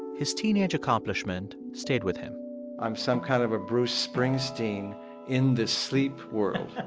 his teenage accomplishment stayed with him i'm some kind of a bruce springsteen in the sleep world.